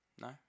No